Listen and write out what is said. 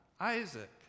Isaac